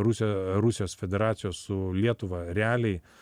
rusija rusijos federacijos su lietuva realiai